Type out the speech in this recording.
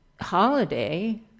holiday